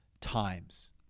times